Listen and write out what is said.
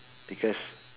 because